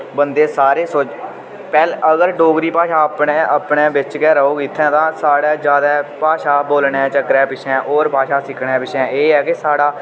बन्दे सारे पैह्ले अगर डोगरी भाशा अपनै अपनै बिच्च गै रौह्ग इत्थें तां साढ़ै ज्यादा भाशा बोलनै चक्करै पिच्छै होर भाशा सिक्खनै पिच्छै एह् ऐ कि साढ़ा